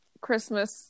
Christmas